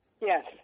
Yes